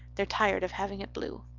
they're tired of having it blue.